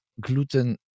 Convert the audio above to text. gluten